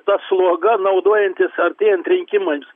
ta sloga naudojantis artėjant rinkimams